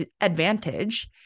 advantage